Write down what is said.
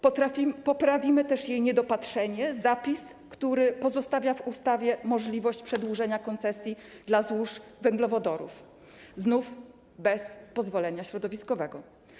Poprawimy też niedopatrzenie, zapis, który pozostawia w ustawie możliwość przedłużenia koncesji na złoża węglowodorów, znów bez pozwolenia środowiskowego.